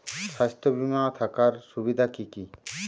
স্বাস্থ্য বিমা থাকার সুবিধা কী কী?